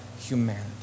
humanity